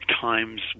Times